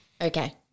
Okay